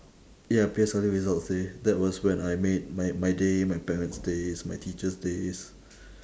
ya P_S_L_E results day that was when I made my my day my parent's day my teacher's day